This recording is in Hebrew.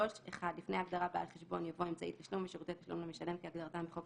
"באמצעות כרטיס